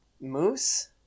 moose